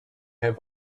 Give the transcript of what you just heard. have